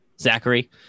zachary